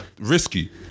risky